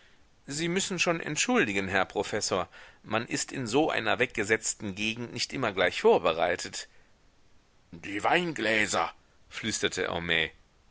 sie müssen schon entschuldigen herr professor man ist in so einer weggesetzten gegend nicht immer gleich vorbereitet die weingläser flüsterte